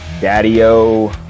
daddy-o